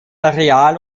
areal